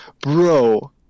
Bro